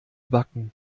backen